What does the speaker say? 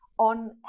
on